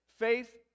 Faith